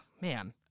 man